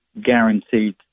guaranteed